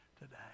today